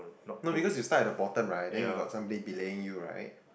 no because you start at the bottom right then you got something belay you right